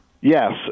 Yes